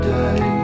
day